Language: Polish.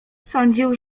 sądził